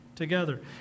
together